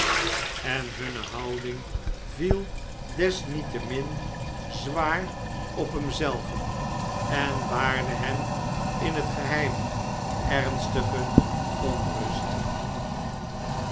en hunne houding viel desniettemin zwaar op hem zelven en baarde hem in het geheim ernstige onrust